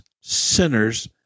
sinners